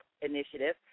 Initiative